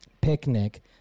picnic